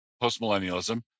post-millennialism